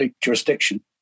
jurisdiction